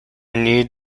needed